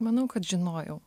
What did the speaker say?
manau kad žinojau